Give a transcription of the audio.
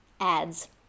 ads